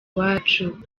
wacu